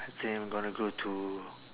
I think I'm gonna go to